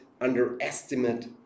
underestimate